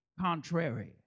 contrary